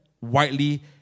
widely